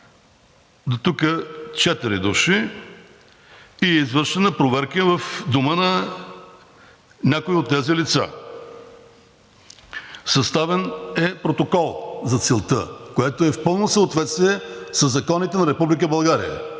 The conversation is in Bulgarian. дотук четири души, и е извършена проверка в дома на някои от тези лица. Съставен е протокол за целта, което е в пълно съответствие със законите на